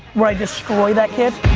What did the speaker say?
where i destroy that kid.